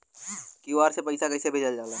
QR से पैसा कैसे भेजल जाला?